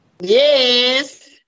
Yes